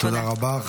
תודה רבה.